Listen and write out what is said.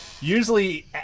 Usually